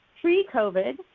pre-COVID